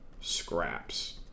scraps